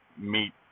meet